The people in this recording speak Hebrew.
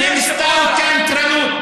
זה סתם קנטרנות.